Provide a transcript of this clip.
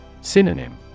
Synonym